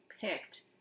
picked